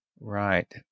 Right